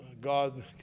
god